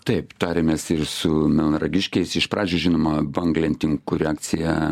taip tarėmės ir su melnragiškiais iš pradžių žinoma banglentininkų reakcija